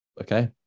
okay